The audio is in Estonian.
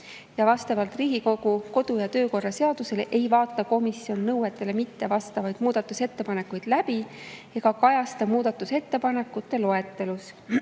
Ja vastavalt Riigikogu kodu‑ ja töökorra seadusele ei vaata komisjon nõuetele mittevastavaid muudatusettepanekuid läbi ega kajasta neid muudatusettepanekute loetelus,